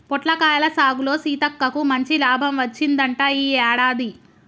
పొట్లకాయల సాగులో సీతక్కకు మంచి లాభం వచ్చిందంట ఈ యాడాది